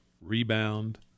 rebound